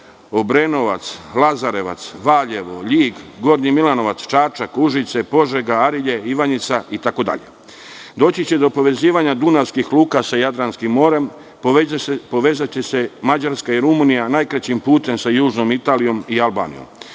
Obrenovac, Lazarevac, Valjevo, Ljig, Gornji Milanovac, Čačak, Užice, Požega, Arilje, Ivanjica, itd. Doći će do povezivanja dunavskih luka sa Jadranskim morem. Povezaće se Mađarska i Rumunija, a najkraćim putem sa južnom Italijom i Albanijom.